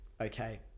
okay